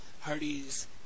Hardys